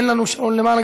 אין לנו שעון למעלה,